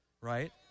right